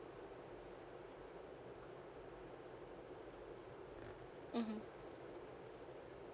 mmhmm